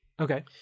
Okay